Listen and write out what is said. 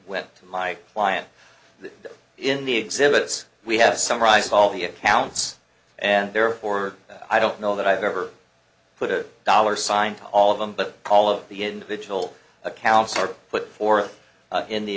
went to my client in the exhibits we have summarized all the accounts and therefore i don't know that i've ever put a dollar sign to all of them but all of the individual accounts are put forth in the